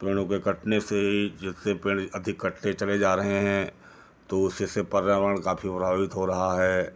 पेड़ों के कटने से ही जैसे पेड़ अधिक कटते चले जा रहे हैं तो उससे पर्यावरण काफ़ी प्रभावित हो रहा है